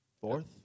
Fourth